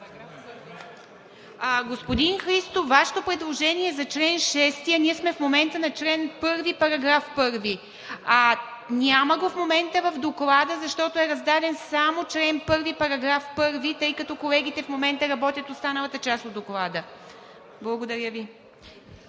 Господин Христов, Вашето предложение е за чл. 6, а в момента сме на чл. 1, § 1. Няма го в момента в Доклада, защото е раздаден само чл. 1, § 1, тъй като колегите в момента работят останалата част от Доклада. Благодаря Ви.